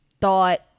thought